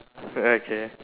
okay